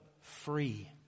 free